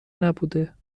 نبوده